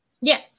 Yes